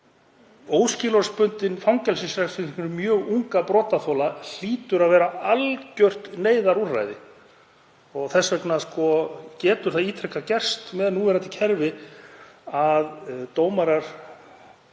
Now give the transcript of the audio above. Óskilorðsbundin fangelsisrefsing fyrir mjög unga brotaþola hlýtur að vera algjört neyðarúrræði og þess vegna getur það ítrekað gerst með núverandi kerfi að dómarar